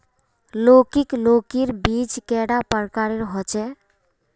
लौकी लौकीर बीज कैडा प्रकारेर होचे?